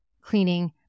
cleaning